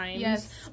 Yes